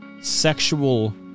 sexual